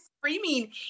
screaming